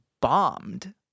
bombed